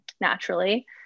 naturally